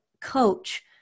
coach